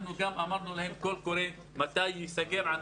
אמרנו להם מתי הקול קורא ייסגר.